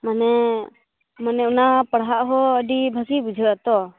ᱢᱟᱱᱮ ᱢᱟᱱᱮ ᱚᱱᱟ ᱯᱟᱲᱦᱟᱜ ᱦᱚᱸ ᱟᱹᱰᱤ ᱵᱷᱟᱹᱜᱤ ᱵᱩᱡᱷᱟᱹᱜᱼᱟ ᱛᱚ